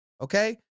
okay